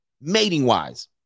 mating-wise